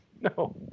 No